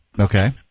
Okay